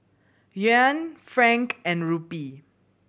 Yuan franc and Rupee